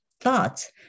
thoughts